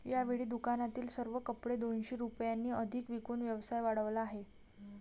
यावेळी दुकानातील सर्व कपडे दोनशे रुपयांनी अधिक विकून व्यवसाय वाढवला आहे